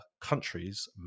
countries